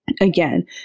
again